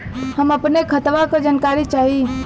हम अपने खतवा क जानकारी चाही?